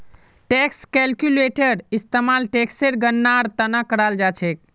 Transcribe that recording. tax calculator इस्तेमाल टेक्सेर गणनार त न कराल जा छेक